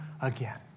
again